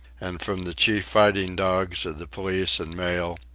and from the chief fighting dogs of the police and mail,